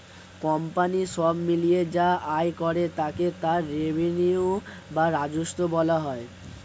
company সব মিলিয়ে যা আয় করে তাকে তার রেভিনিউ বা রাজস্ব বলা হয়